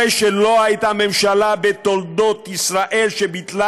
הרי שלא הייתה ממשלה בתולדות ישראל שביטלה